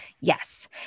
Yes